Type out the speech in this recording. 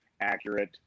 Accurate